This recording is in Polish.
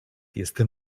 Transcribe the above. jestem